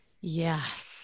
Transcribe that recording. Yes